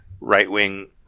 right-wing